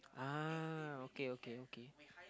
ah okay okay okay